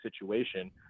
situation